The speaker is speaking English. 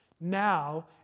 Now